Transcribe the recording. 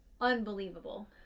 unbelievable